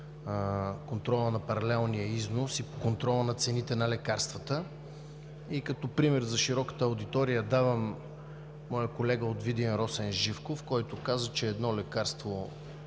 контрола на паралелния износ и контрола на цените на лекарствата. Като пример за широката аудитория давам моя колега от Видин Росен Живков, който каза, че едно лекарство